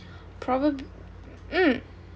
probably mm